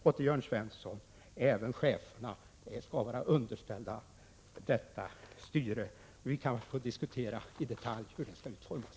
Och till Jörn Svensson vill jag säga att även cheferna skall vara underställda detta styre. Vi kanske får diskutera hur det i detalj skall utformas.